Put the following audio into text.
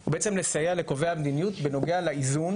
הוא לסייע לקובעי המדיניות בנוגע לאיזון,